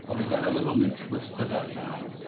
but we got a little new twist to that now